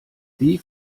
wie